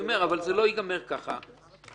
אבל זה לא ייגמר ככה.